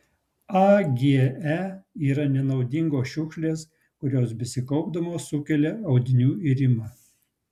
age yra nenaudingos šiukšlės kurios besikaupdamos sukelia audinių irimą